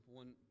one